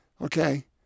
okay